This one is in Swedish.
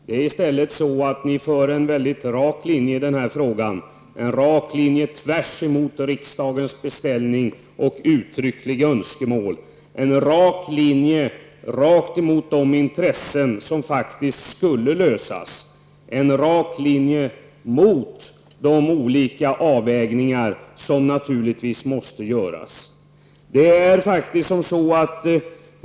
Det är i stället så att ni för en väldigt rak linje i denna fråga: en rak linje tvärs emot riksdagens beställning och uttryckliga önskemål -- en rak linje rakt emot de intressekonflikter som faktiskt skulle lösas och de olika avvägningar som naturligtvis måste göras.